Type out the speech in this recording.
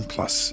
Plus